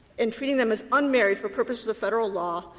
and treating them as unmarried for purposes of federal law,